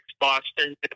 Boston